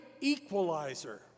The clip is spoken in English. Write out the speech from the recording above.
equalizer